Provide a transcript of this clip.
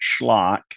schlock